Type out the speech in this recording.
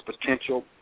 potential